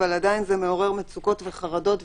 אבל עדיין זה מעורר מצוקות וחרדות וקשיים,